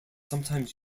sometimes